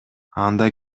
анда